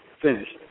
finished